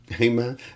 Amen